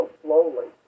slowly